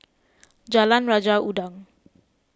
Jalan Raja Udang